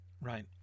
right